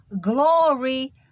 glory